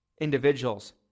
individuals